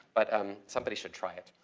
but um somebody should try it.